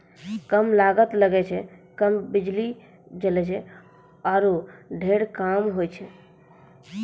कम लागत लगै छै, कम बिजली जलै छै आरो ढेर काम होय छै